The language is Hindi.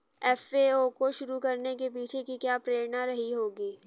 एफ.ए.ओ को शुरू करने के पीछे की क्या प्रेरणा रही होगी?